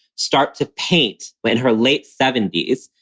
start to paint but in her late seventy s,